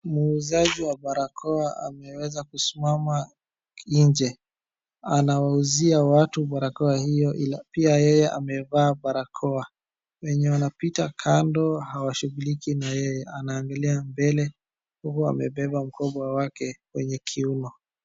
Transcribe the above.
Muuzaji wa barakoa ameweza kusimama nje, Anawauzia watu barakoa hiyo pia yeye amevaa barakoa. Wenye Wanapita kandoo awashuguliki na yeye anaangalia mbele huku amebeba mkoba wake kwenye kiuno.